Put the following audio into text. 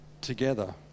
together